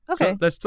Okay